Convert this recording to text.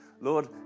Lord